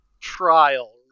trial